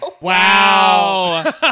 Wow